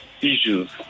issues